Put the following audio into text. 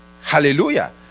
Hallelujah